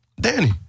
Danny